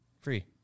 free